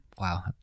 Wow